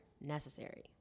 necessary